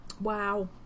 Wow